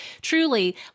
truly